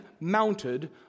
mounted